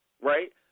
right